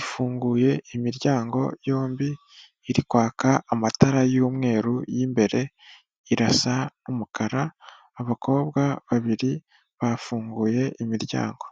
ifunguye imiryango yombi; iri kwaka amatara y'umweru y'imbere, irasa n'umukara, abakobwa babiri bafunguye imiryango.